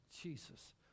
Jesus